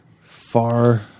Far